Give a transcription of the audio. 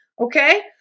Okay